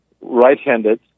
right-handed